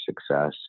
success